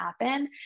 happen